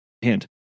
hint